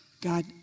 God